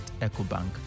EcoBank